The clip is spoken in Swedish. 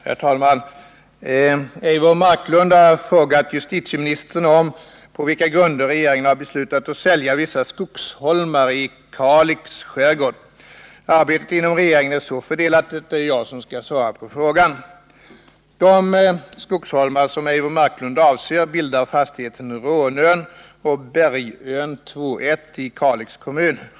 Herr talman! Eivor Marklund har frågat justitieministern om på vilka grunder regeringen har beslutat att sälja vissa skogsholmar i Kalix skärgård. Arbetet inom regeringen är så fördelat att det är jag som skall svara på frågan. De skogsholmar som Eivor Marklund avser bildar fastigheten Rånön och Bergön 2:1 i Kalix kommun.